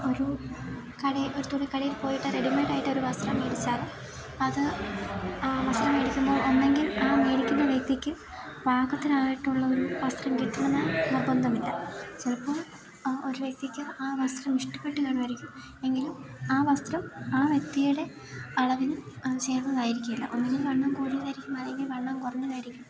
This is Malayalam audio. ഒരു കടയിൽ ഒരു തുണി കടയിൽ പോയിട്ട് റെഡിമെയ്ഡായിട്ടൊര് വസ്ത്രം മേടിച്ചാല് അത് ആ വസ്ത്രം മേടിക്കുമ്പോൾ ഒന്നെങ്കിൽ ആ മേടിക്കുന്ന വ്യക്തിക്ക് പാകത്തിനായിട്ടുള്ള ഒരു വസ്ത്രം കിട്ടുമെന്ന് നിർബന്ധമില്ല ചിലപ്പോൾ ഒരു വ്യക്തിക്ക് ആ വസ്ത്രം ഇഷ്ടപ്പെട്ടു കാണുവായിരിക്കും എങ്കിലും ആ വസ്ത്രം ആ വ്യക്തിയുടെ അളവിന് ചേരുന്നതായിരിക്കില്ല ഒന്നെങ്കിൽ വണ്ണം കൂടുതലായിരിക്കും അല്ലെങ്കിൽ വണ്ണം കുറഞ്ഞതായിരിക്കും